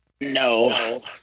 No